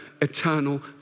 eternal